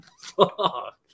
Fuck